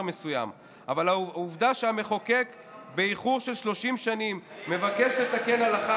מסוים אבל העובדה שבאיחור של 30 שנים המחוקק מבקש לתקן הלכה